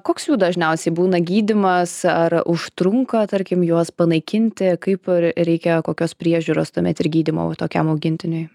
koks jų dažniausiai būna gydymas ar užtrunka tarkim juos panaikinti kaip r reikia kokios priežiūros tuomet ir gydymo va tokiam augintiniui